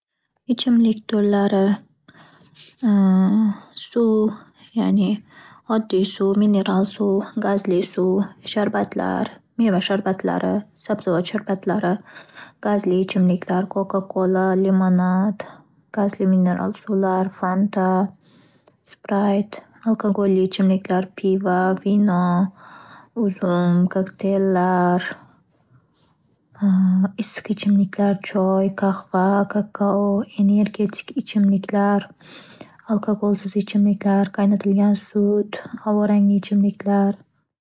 Ichimlik turlari suv ya'ni oddiy suv, mineral suv, gazli suv, sharbatlar, meva sharbatlari, sabzavot sharbatlari, gazli ichimliklar: coca-cola, limonad, gazli mineral suvlar, fanta, sprayt, alkogolli ichimliklar: pivo, vino, uzum, koktellar, issiq ichimliklar: choy, kakao, qahva, energetik ichimliklar, alkogolsiz ichimliklar, qaynatilgan sut, havo rangli ichimliklar.